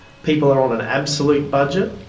people are on an absolute budget.